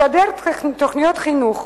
לשדר תוכניות חינוך,